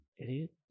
idiot